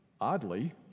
oddly